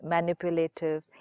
Manipulative